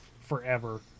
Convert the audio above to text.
forever